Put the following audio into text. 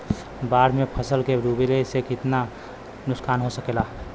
बाढ़ मे फसल के डुबले से कितना नुकसान हो सकेला?